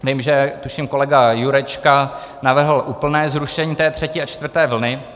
Vím, že tuším kolega Jurečka navrhl úplné zrušení třetí a čtvrté vlny.